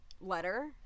letter